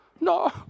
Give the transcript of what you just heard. no